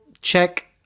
check